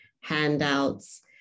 handouts